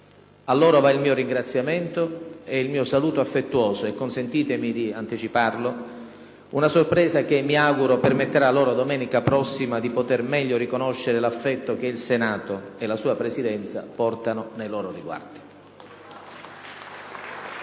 A loro va il mio ringraziamento e il mio saluto affettuoso e, consentitemi di anticiparlo, una sorpresa che, mi auguro, permetterà loro domenica prossima di poter meglio riconoscere l'affetto che il Senato, e la sua Presidenza, portano nei loro riguardi.